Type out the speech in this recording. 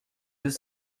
deux